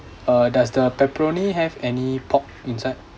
uh does the pepperoni have any pork inside